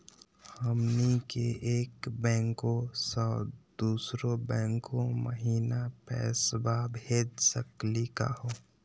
हमनी के एक बैंको स दुसरो बैंको महिना पैसवा भेज सकली का हो?